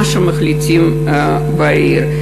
מה שמחליטים בעיר.